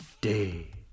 day